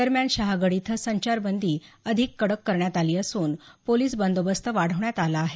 दरम्यान शहागड इथं संचारबंदी अधिक कडक करण्यात आली असून पोलीस बंदोबस्त वाढवण्यात आला आहे